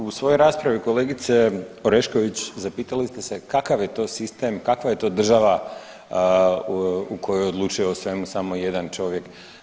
U svojoj raspravi kolegice Orešković zapitali ste se kakav je to sistem, kakva je to država u kojoj odlučuje o svemu samo jedan čovjek?